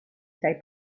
sei